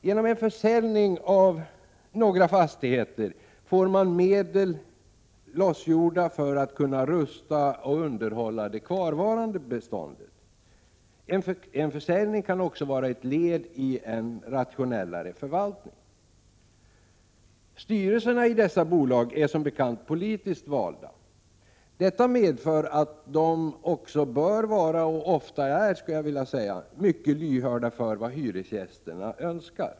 Genom en försäljning av några fastigheter lösgör man medel för att kunna rusta och underhålla det kvarvarande beståndet. En försäljning kan också vara ett led i en rationellare förvaltning. Styrelserna i dessa bolag — Prot. 1987/88:46 är som bekant politiskt valda. Detta medför att de också bör vara— och oftaär 16 december 1987 —- mycket lyhörda för vad hyresgästerna önskar.